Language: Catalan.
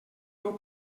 meu